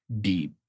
deep